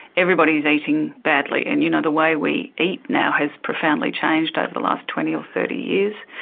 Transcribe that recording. everybody is eating badly, and you know the way we eat now has profoundly changed over the last twenty or thirty years.